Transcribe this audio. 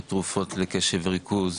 בתרופות לקשב וריכוז,